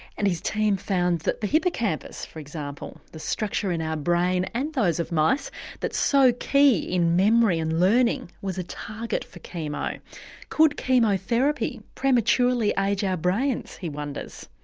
and his team found that the hippocampus for example, the structure in our brain and those of mice that's so key in memory and learning was a target for chemo. could chemotherapy prematurely age our brains, he wonders?